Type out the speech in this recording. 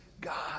God